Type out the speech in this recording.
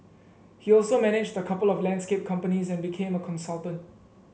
he also managed a couple of landscape companies and became a consultant